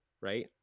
right